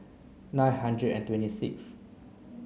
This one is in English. nine hundred and twenty sixth